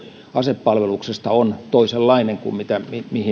asepalveluksesta on toisenlainen kuin